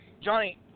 Johnny